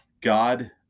God